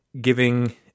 giving